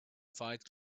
fight